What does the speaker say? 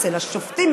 אצל השופטים,